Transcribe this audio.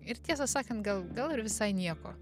ir tiesą sakant gal gal ir visai nieko